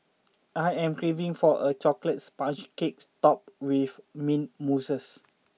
I am craving for a chocolate sponge cake topped with mint mousse